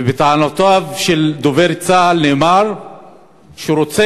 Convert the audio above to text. בטענותיו של דובר צה"ל נאמר שהוא רוצה